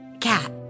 Cat